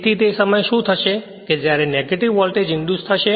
તેથી તે સમયે શું થશે કે જ્યારે નેગેટિવ વોલ્ટેજ ઇંડ્યુસ થશે